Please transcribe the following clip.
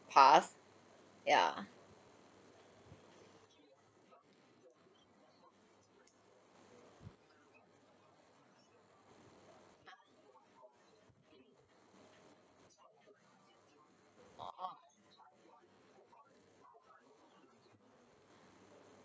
pass ya